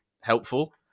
helpful